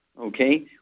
Okay